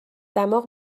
دماغ